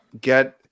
get